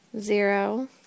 Zero